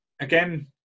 again